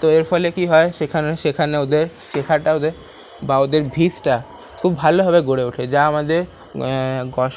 তো এর ফলে কি হয় সেখানে সেখানে ওদের শেখাটা ওদের বা ওদের ভিতটা খুব ভালোভাবে গড়ে ওঠে যা আমাদের